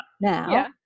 now